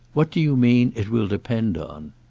what do you mean it will depend on?